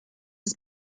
has